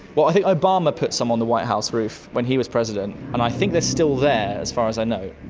well, i think obama put some on the white house roof when he was president, and i think they are still there as far as i know.